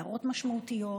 הערות משמעותיות,